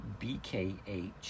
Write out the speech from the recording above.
BKH